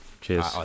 Cheers